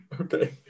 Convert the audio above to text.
Okay